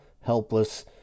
helpless